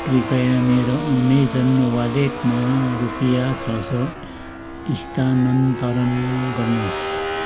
कृपया मेरो अमेजन वालेटमा रुपियाँ छ सौ स्थानान्तरण गर्नुहोस्